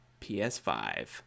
PS5